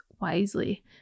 wisely